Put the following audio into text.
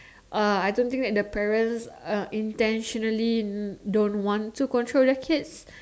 uh I don't think that the parents uh intentionally don't want to control their kids